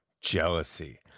jealousy